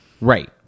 Right